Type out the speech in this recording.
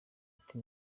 ati